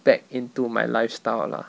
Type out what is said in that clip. back into my lifestyle lah